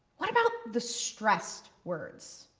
what about the stressed words?